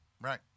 right